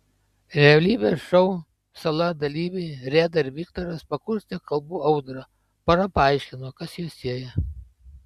realybės šou sala dalyviai reda ir viktoras pakurstė kalbų audrą pora paaiškino kas juos sieja